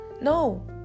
No